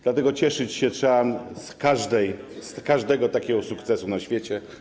Dlatego cieszyć się trzeba z każdego takiego sukcesu na świecie.